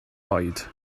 oed